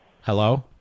Hello